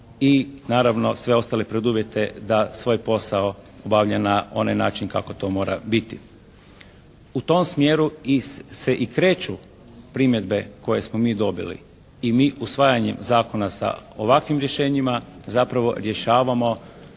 i naravno sve ostale preduvjete da svoj posao obavlja na onaj način kako to mora biti. U tom smjeru se i kreću primjedbe koje smo mi dobili i mi usvajanjem zakona sa ovakvim rješenjima zapravo rješavamo